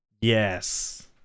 yes